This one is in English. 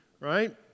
right